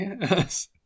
Yes